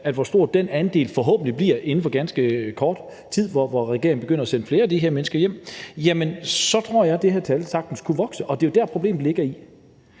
på, hvor stor den andel forhåbentlig bliver inden for ganske kort tid, hvor regeringen begynder at sende flere af de her mennesker hjem, jamen så tror jeg, at det her tal sagtens kunne vokse, og det er jo der, problemet ligger.